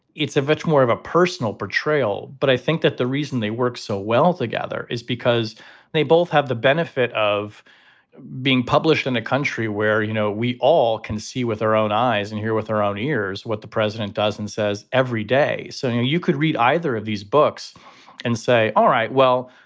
it's a much more of a personal portrayal. but i think that the reason they work so well together is because they both have the benefit of being published in a country where, you know, we all can see with our own eyes and hear with our own ears what the president does and says every day. so, you know, you could read either of these books and say, all right, well,